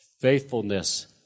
faithfulness